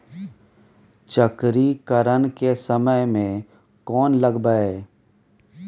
चक्रीकरन के समय में कोन लगबै?